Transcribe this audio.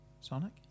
Sonic